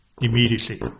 immediately